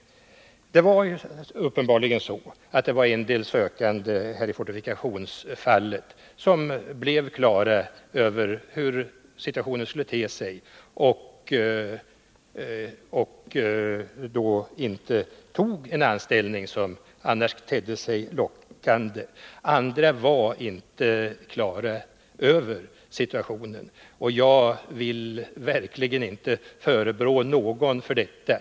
När det gäller fortifikationsförvaltningen var det uppenbarligen så att några sökande blev på det klara med hur den ekonomiska situationen skulle komma att te sig och att de därför inte tog den anställning som i övrigt framstod som lockande. Andra sökande var inte på det klara med situationen. Jag vill verkligen inte förebrå någon för detta.